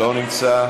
אינו נוכח,